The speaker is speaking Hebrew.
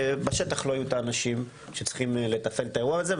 ובשטח לא יהיו את האנשים שצריכים לתפעל את האירוע הזה.